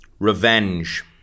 Revenge